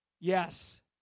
yes